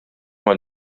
mal